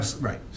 Right